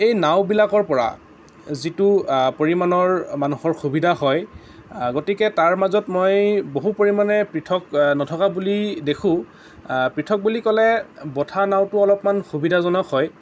এই নাওবিলাকৰ পৰা যিটো পৰিমাণৰ মানুহৰ সুবিধা হয় গতিকে তাৰ মাজত মই বহু পৰিমাণে পৃথক নথকা বুলি দেখোঁ পৃথক বুলি ক'লে বঠা নাওটো অলপমান সুবিধাজনক হয়